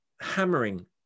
hammering